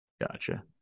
Gotcha